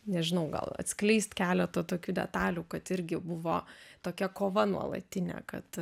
nežinau gal atskleist keletą tokių detalių kad irgi buvo tokia kova nuolatinė kad